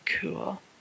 Cool